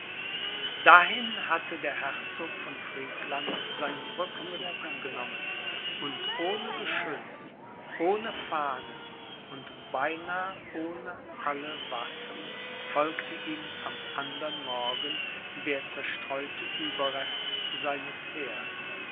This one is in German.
dahin hatte der herzog von friedland seinen rückzug genommen und ohne geschütz ohne fahnen und beinahe ohne alle waffen folgte ihm am andern morgen der zerstreute ueberrest seines heers